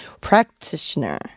practitioner